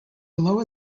lower